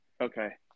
Okay